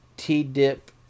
T-dip